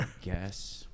guess